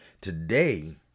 today